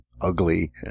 ugly